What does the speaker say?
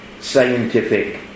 scientific